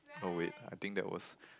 oh wait I think that was